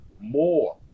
more